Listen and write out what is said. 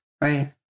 right